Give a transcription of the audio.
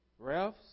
Refs